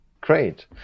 great